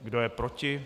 Kdo je proti?